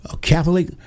Catholic